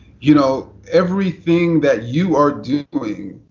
you know, everything that you are doing,